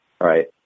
Right